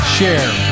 Share